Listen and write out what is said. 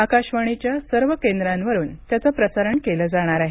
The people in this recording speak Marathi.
आकाशवाणीच्या सर्व केंद्रांवरून त्याचं प्रसारण केलं जाणार आहे